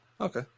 Okay